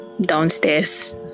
downstairs